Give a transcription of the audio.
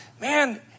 man